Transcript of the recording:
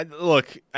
Look